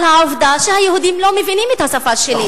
על העובדה שהיהודים לא מבינים את השפה שלי.